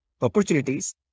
opportunities